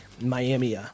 Miami